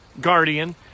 Guardian